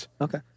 Okay